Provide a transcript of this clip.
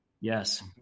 Yes